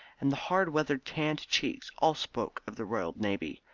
and the hard weather-tanned cheeks all spoke of the royal navy.